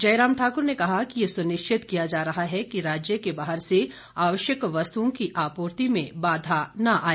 जयराम ठाकुर ने कहा कि ये सुनिश्चित किया जा रहा है कि राज्य के बाहर से आवश्यक वस्तुओं की आपूर्ति में बाधा न आए